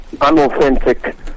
unauthentic